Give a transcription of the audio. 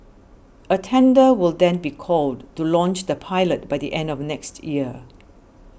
a tender will then be called to launch the pilot by the end of next year